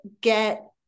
get